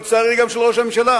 ולצערי גם של ראש הממשלה.